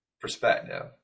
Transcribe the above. perspective